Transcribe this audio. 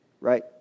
Right